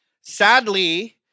Sadly